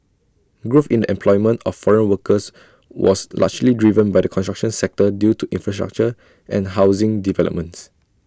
growth in the employment of foreign workers was largely driven by the construction sector due to infrastructure and housing developments